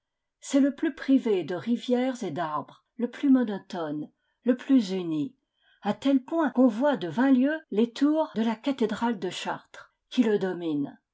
c'est le plus privé de rivières et d'arbres le plus monotone le plus uni à tel point qu'on voit de vingt lieues les tours de la cathédrale de chartres qui le domine